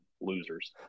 Losers